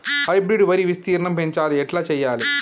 Hybrid వరి విస్తీర్ణం పెంచాలి ఎట్ల చెయ్యాలి?